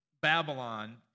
Babylon